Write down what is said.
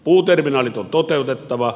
puuterminaalit on toteutettava